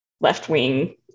left-wing